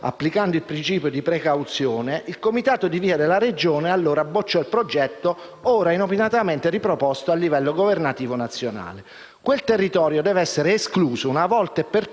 applicando il principio di precauzione, il comitato di VIA della Regione allora bocciò il progetto ora inopinatamente riproposto al livello governativo nazionale. Quel territorio deve essere escluso una volte per